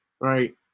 right